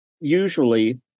usually